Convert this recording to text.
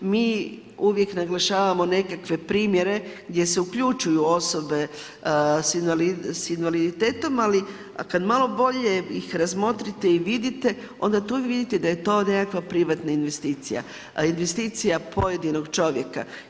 Mi uvijek naglašavamo nekakve primjere gdje se uključuju osobe s invaliditetom, ali kad malo bolje ih razmotrite i vidite, onda tu vidite da je to nekakva privatna investicija, a investicija pojedinog čovjeka.